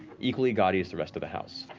equally gaudy as the rest of the house.